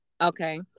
okay